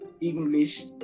English